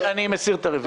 מסיר את הרוויזיה.